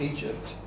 Egypt